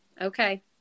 okay